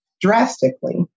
drastically